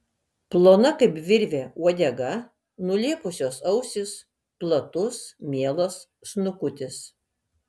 plona kaip virvė uodega nulėpusios ausys platus mielas snukutis